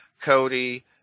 Cody